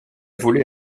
volé